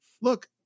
look